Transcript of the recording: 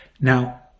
Now